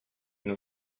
n’en